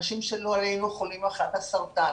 אנשים שלא עלינו חולים במחלת הסרטן,